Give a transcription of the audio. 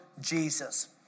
Jesus